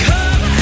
Come